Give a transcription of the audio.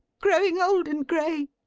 growing old and grey.